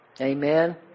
Amen